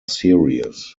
serious